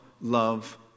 love